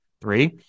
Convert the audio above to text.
Three